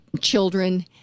children